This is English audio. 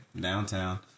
downtown